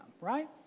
right